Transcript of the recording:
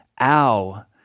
ow